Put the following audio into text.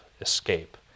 escape